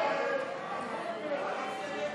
ההצעה להעביר לוועדה את הצעת החוק לתיקון